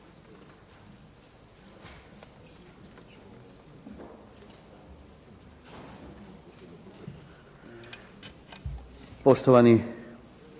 Hvala vam